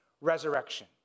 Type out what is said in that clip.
resurrection